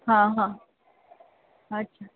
हां हां अच्छा